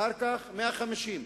אחר כך 150,